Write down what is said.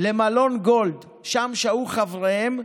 למלון גולד, ששם שהו חבריהם,